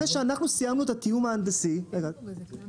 אחרי שאנחנו סיימנו את התיאום ההנדסי --- תגידי את זה.